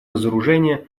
разоружение